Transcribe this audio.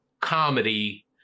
comedy